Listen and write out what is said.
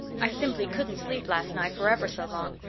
i simply couldn't sleep last night for ever so long.